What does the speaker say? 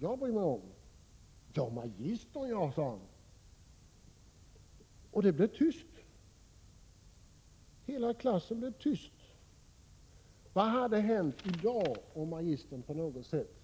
Ja, magistern, ja, sade han. Och det blev tyst. Hela klassen blev tyst. Vad skulle hända i dag om magistern på något sätt,